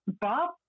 Bob